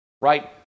right